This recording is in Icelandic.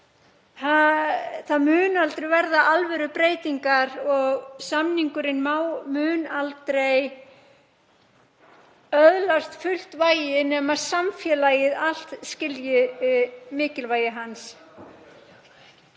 Það munu aldrei verða alvörubreytingar og samningurinn mun aldrei öðlast fullt vægi nema samfélagið allt skilji mikilvægi hans.